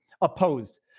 opposed